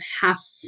half